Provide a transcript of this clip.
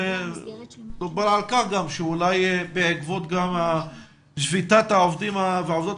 ודובר על כך שאולי בעקבות שביתת העובדות והעובדים